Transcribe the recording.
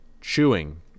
chewing